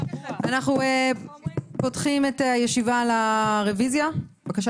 אנחנו פותחים את הישיבה על הרביזיה בקשה